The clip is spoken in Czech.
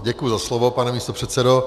Děkuji za slovo, pane místopředsedo.